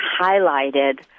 highlighted